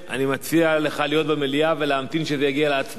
אני מציע לך להיות במליאה ולהמתין שזה יגיע להצבעה,